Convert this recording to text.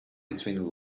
between